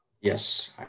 Yes